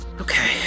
okay